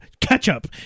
ketchup